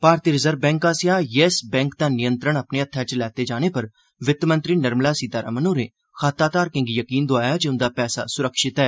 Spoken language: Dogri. भारतीय रिजर्व बैंक आस्सेया यैस बैंक दा नियंत्रण आपने हत्थै च लैते जाने पर वित्त मंत्री निर्मला सीतारामण होरें खाता धारकें गी यकीन दोआया ऐ जे उन्दा पैसा स्रक्षित ऐ